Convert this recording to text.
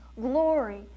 glory